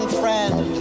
friend